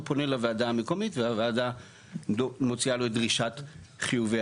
פונה לוועדה המקומית והוועדה מוציאה לו דרישת חיובי